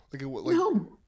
No